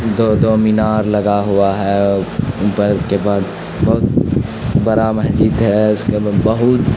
دو دو مینار لگا ہوا ہے اوپر کے بعد بہت بڑا مسجد ہے اس کے لوگ بہت